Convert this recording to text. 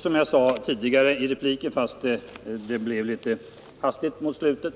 Som jag sade i min tidigare replik, fast det blev litet hastigt mot slutet,